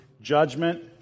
judgment